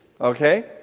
Okay